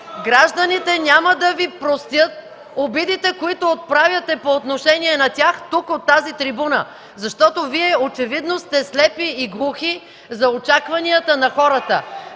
Гражданите няма да Ви простят обидите, които отправяте по отношение на тях тук, от тази трибуна. Защото Вие очевидно сте слепи и глухи за очакванията на хората.